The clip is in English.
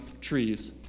trees